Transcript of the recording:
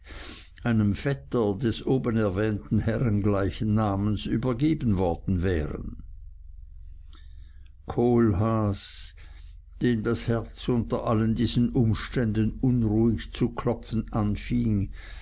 einem vetter des oben erwähnten herren gleiches namens übergeben worden wären kohlhaas dem das herz unter allen diesen umständen unruhig zu klopfen anfing